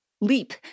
leap